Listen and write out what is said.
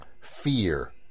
fear